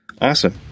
Awesome